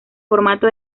formato